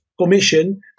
commission